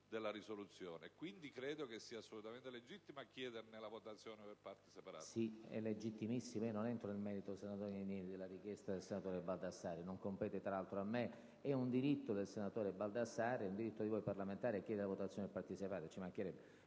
di risoluzione. Quindi credo che sia assolutamente legittimo chiederne la votazione per parti separate.